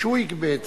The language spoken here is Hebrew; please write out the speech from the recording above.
שהוא יגבה את זה.